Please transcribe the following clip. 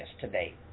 today